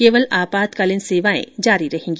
केवल आपातकालीन सेवाएं जारी रहेंगी